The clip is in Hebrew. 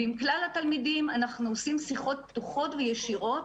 ועם כלל התלמידים אנחנו עושים שיחות פתוחות וישירות